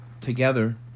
together